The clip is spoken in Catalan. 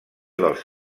dels